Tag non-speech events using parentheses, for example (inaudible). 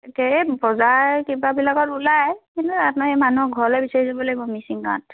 (unintelligible) এই বজাৰ কিবাবিলাকত ওলায় কিন্তু আমি মানুহৰ ঘৰলৈ বিচাৰি যাব লাগিব মিচিং গাঁৱত